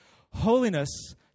Holiness